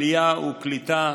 עלייה וקליטה,